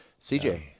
CJ